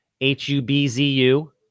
H-U-B-Z-U